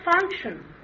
function